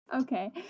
okay